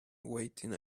waiting